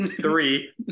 three